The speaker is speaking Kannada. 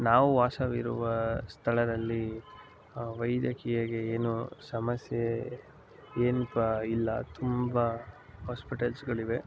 ನಾವು ವಾಸವಿರುವ ಸ್ಥಳದಲ್ಲಿ ವೈದ್ಯಕೀಯಗೆ ಏನು ಸಮಸ್ಯೆ ಏನಪ್ಪ ಇಲ್ಲ ತುಂಬ ಆಸ್ಪೆಟಲ್ಸ್ಗಳಿವೆ